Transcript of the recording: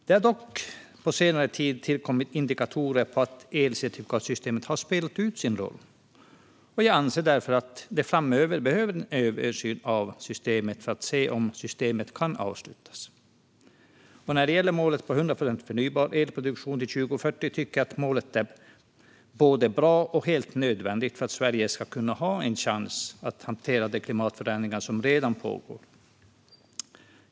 Det har dock på senare tid kommit indikationer på att elcertifikatssystemet har spelat ut sin roll, och jag anser därför att det framöver behövs en översyn av systemet för att se om det kan avslutas. När det gäller målet om 100 procent förnybar elproduktion till 2040 tycker jag att det är både bra och helt nödvändigt för att Sverige ska ha en chans att hantera de klimatförändringar som redan pågår.